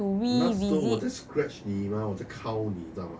那时候我在 scratch 你吗我在你知道吗